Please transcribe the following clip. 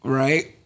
right